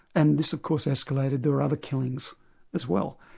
and this of course escalated their other killings as well.